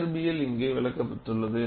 இயற்பியல் இங்கே விளக்கப்பட்டுள்ளது